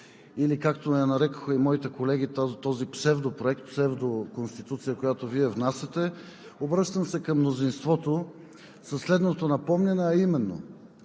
или както го нарекоха моите колеги, този псевдопроект, псевкоконституция, която Вие внасяте. Обръщам се към мнозинството със следното напомняне, а именно: